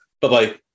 Bye-bye